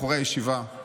בחורי הישיבה.